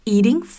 Eating